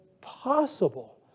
possible